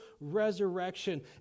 resurrection